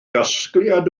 gasgliad